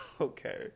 Okay